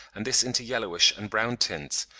and this into yellowish and brown tints,